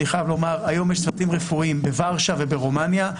היום יש צוותים רפואיים בוורשה וברומניה,